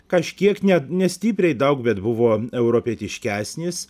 kažkiek net nestipriai daug bet buvo europietiškesnis